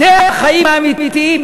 זה החיים האמיתיים.